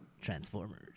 Transformers